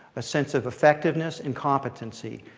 a sense of effectiveness and competency,